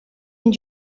and